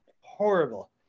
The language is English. horrible